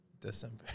December